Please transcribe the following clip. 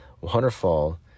waterfall